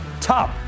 top